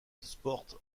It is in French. sports